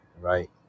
right